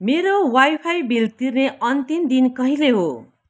मेरो wifi bill तिर्ने अन्तिम दिन कहिले हो